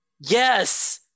Yes